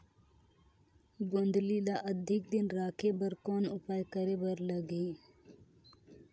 गोंदली ल अधिक दिन राखे बर कौन उपाय करे बर लगही?